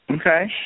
Okay